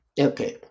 Okay